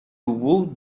who